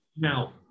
Now